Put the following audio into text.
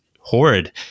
horrid